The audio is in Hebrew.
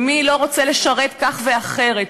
ומי לא רוצה לשרת כך ואחרת?